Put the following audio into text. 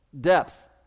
depth